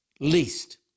least